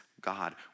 God